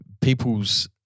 people's